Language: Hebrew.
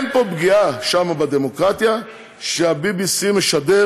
אין שם פגיעה בדמוקרטיה כשה-BBC משדר